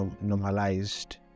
normalized